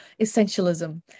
essentialism